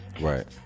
Right